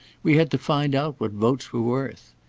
we had to find out what votes were worth.